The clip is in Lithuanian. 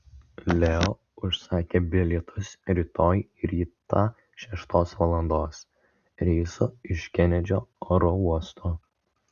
leo užsakė bilietus rytoj rytą šeštos valandos reisu iš kenedžio oro uosto